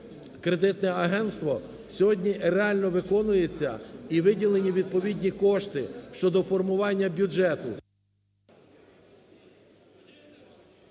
агентство, сьогодні реально виконується, і виділені відповідні кошти щодо формування бюджету.